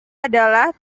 adalah